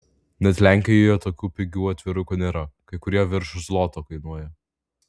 net lenkijoje tokių pigių atvirukų nėra kai kurie virš zloto kainuoja